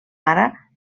ara